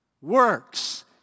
works